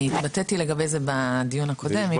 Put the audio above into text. התבטאתי לגבי זה בדיון הקודם.